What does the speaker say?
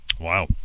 Wow